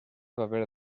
paper